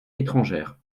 étrangères